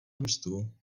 mužstvu